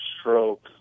stroke